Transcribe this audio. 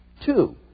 Two